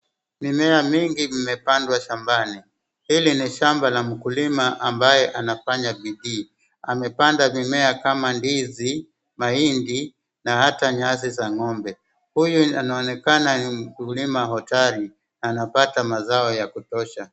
Mimea mingi imepandwa shambani. Hili ni shamba la mkulima ambaye anafanya bidii. Amepanda mimea kama ndizi, mahindi na hata nyasi za ng'ombe. Huyu anaonekana ni mkulima hodari anapata mazao ya kutosha.